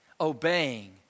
Obeying